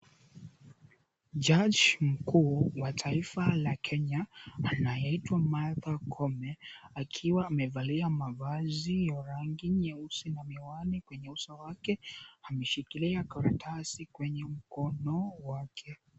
Jaji mkuu wa taifa la Kenya, anayeitwa Martha Koome, akiwa amevalia mavazi ya rangi nyeusi na miwani kwenye uso wake, ameshikilia karatasi kwenye mkono wake.